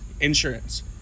insurance